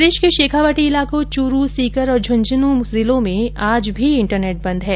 प्रदेश के शेखावाटी इलाको चूरू सीकर और झंझन् जिलों में आज भी इंटरनेट बंद है